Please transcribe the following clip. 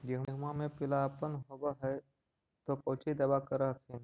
गोहुमा मे पिला अपन होबै ह तो कौची दबा कर हखिन?